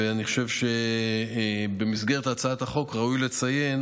ואני חושב שבמסגרת הצעת החוק ראוי לציין